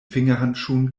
fingerhandschuhen